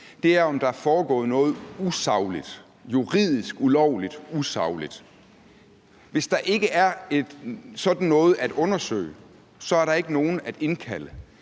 er, om der er foregået noget usagligt, juridisk ulovligt usagligt. Hvis der ikke er sådan noget at undersøge, er der ikke nogen at indkalde.